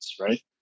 right